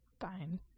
Fine